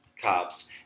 cops